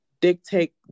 dictate